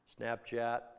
Snapchat